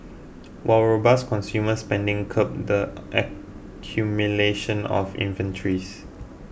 while robust consumer spending curbed the accumulation of inventories